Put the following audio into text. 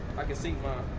i can sync my